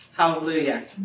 Hallelujah